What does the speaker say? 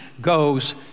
goes